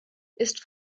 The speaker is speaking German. ist